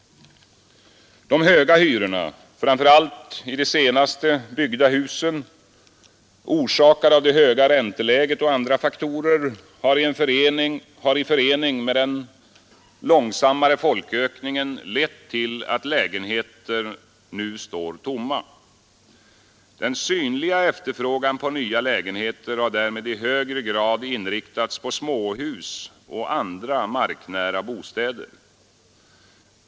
De höga hyrorna framför allt i de senast byggda husen, orsakade av det höga ränteläget och andra faktorer, har i förening med den långsammare folkökningen lett till att lägenheter nu står tomma. Även den synliga efterfrågan på nya lägenheter har därmed i högre grad inriktats på småhus och andra marknära bostäder.